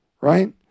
right